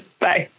Bye